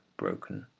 broken,